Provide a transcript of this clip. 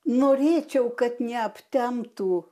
norėčiau kad neaptemtų